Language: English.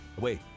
wait